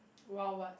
!wow! what